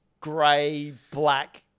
grey-black